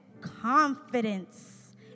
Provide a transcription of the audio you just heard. confidence